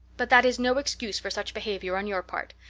but that is no excuse for such behavior on your part.